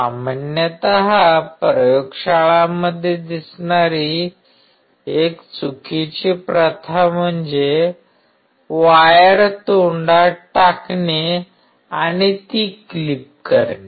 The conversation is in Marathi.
सामान्यत प्रयोगशाळांमध्ये दिसणारी एक चुकीची प्रथा म्हणजे वायर तोंडात टाकणे आणि ती क्लिप करणे